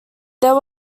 there